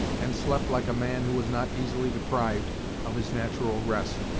and slept like a man who was not easily deprived of his natural rest.